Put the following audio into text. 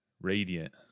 radiant